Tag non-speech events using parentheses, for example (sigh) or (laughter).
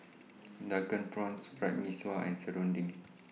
Drunken Prawns (noise) Fried Mee Sua and Serunding (noise)